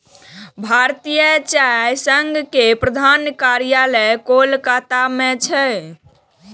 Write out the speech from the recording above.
भारतीय चाय संघ के प्रधान कार्यालय कोलकाता मे छै